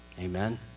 Amen